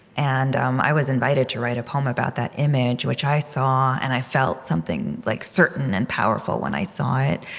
and um i was invited to write a poem about that image, which i saw, and i felt something like certain and powerful when i saw it,